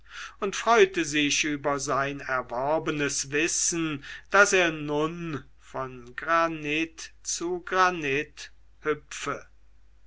und freute sich über sein erworbenes wissen daß er nun von granit zu granit